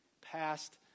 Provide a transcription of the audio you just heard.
past